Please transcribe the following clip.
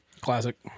Classic